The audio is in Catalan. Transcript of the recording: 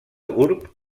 gurb